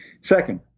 Second